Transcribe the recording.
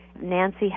Nancy